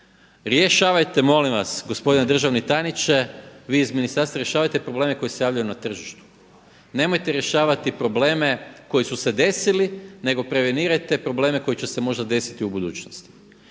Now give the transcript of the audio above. Rješavajte molim vas gospodine državni tajniče, vi iz ministarstva rješavajte probleme koji se javljaju na tržištu. Nemojte rješavati probleme koji su se desili, nego prevenirajte probleme koji će se možda desiti u budućnosti.